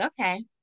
okay